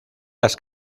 las